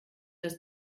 das